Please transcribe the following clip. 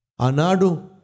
Anadu